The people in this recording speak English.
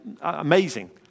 Amazing